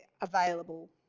available